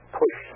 push